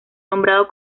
nombrado